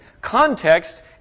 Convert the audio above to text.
Context